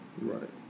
Right